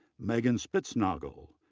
megan spitznagle,